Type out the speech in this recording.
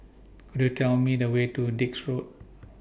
Could YOU Tell Me The Way to Dix Road